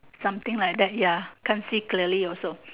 something like that ya can't see clearly also